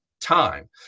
time